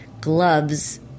gloves